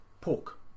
pork